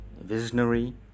visionary